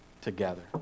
together